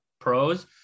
pros